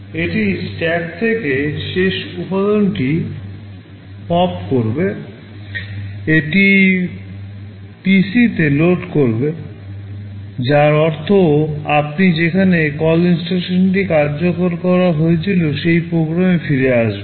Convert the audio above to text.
এটি স্ট্যাক থেকে শেষ উপাদানটি পপ করবে এটি এটি PCতে লোড করবে যার অর্থ আপনি যেখানে কল INSTRUCTIONটি কার্যকর করা হয়েছিল সেই প্রোগ্রামে ফিরে আসবেন